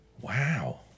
wow